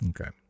Okay